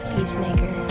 Peacemaker